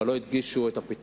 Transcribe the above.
אבל לא הדגישו את הפתרונות.